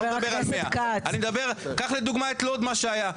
לא מדבר על 100. קח לדוגמה את לוד מה שהיה.